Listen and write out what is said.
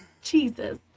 Jesus